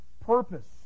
purpose